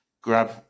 Grab